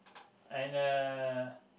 and uh